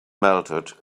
melted